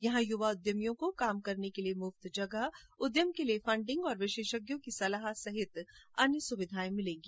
यहां युवा उद्यमियों को काम करने के लिए मुफ़त जगह उद्यम के लिए फंडिंग और विशेषज्ञों की सलाह सहित अन्य सुविधाएं होंगी